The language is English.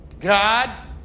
God